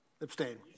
abstain